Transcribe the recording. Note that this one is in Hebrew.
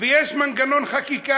ויש מנגנון חקיקה,